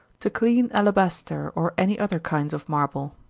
to clean alabaster, or any other kinds of marble.